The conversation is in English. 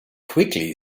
quickly